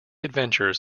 adventures